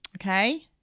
okay